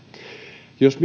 jos